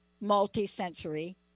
multi-sensory